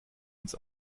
uns